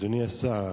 אדוני השר,